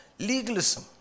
Legalism